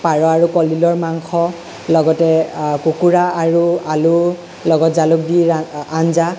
পাৰ আৰু কলডিলৰ মাংস লগতে কুকুৰা আৰু আলুৰ লগত জালুক দি আঞ্জা